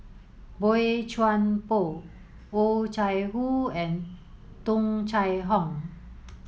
Boey Chuan Poh Oh Chai Hoo and Tung Chye Hong